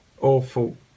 awful